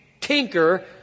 tinker